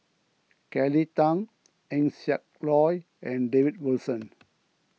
Kelly Tang Eng Siak Loy and David Wilson